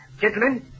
Gentlemen